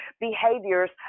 behaviors